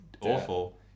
awful